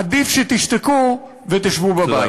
עדיף שתשתקו ותשבו בבית.